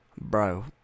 bro